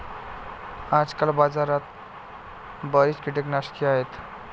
आजकाल बाजारात बरीच कीटकनाशके आहेत